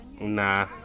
Nah